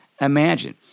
imagine